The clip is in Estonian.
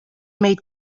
meid